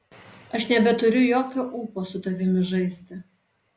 aš nebeturiu jokio ūpo su tavimi žaisti